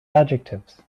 adjectives